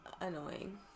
annoying